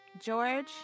George